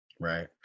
Right